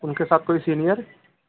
उनके साथ कोई सीनियर